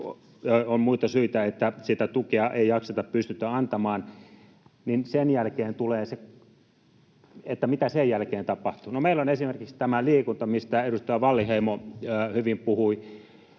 on muita syitä, että sitä tukea ei jakseta, pystytä antamaan. Sen jälkeen tulee se, mitä sen jälkeen tapahtuu. Meillä on esimerkiksi tämä liikunta, mistä edustaja Wallinheimo hyvin puhui.